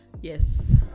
yes